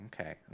okay